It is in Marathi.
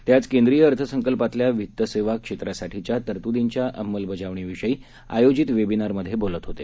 ते आज केंद्रीय अर्थसंकल्पातल्या वित्तसेवा क्षेत्रासाठीच्या तरतुदींच्या अंमलबजावणीविषयी आयोजित वेबिनारमधे बोलत होते